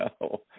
no